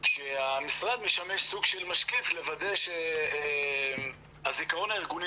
כשהמשרד משמש סוג של משקיף לוודא שהזיכרון הארגוני